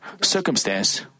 circumstance